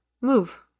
Move